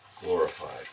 glorified